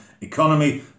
economy